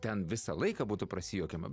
ten visą laiką būtų prasijuokiama